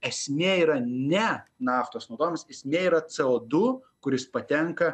esmė yra ne naftos naudojimas jis nėra c o du kuris patenka